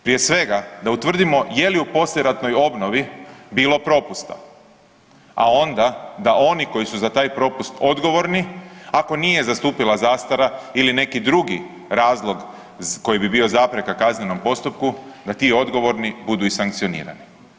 Prije svega da utvrdimo je li poslijeratnoj obnovi bilo propusta, a onda da oni koji su za taj propust odgovorni, ako nije zastupila zastara ili neki drugi razlog koji bi bio zapreka kaznenom postupku, da ti odgovorni budu i sankcionirati.